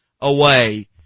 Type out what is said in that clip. away